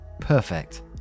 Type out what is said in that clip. perfect